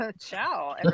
Ciao